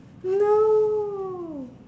no